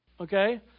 Okay